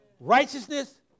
Righteousness